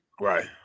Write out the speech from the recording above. Right